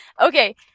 Okay